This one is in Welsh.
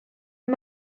mae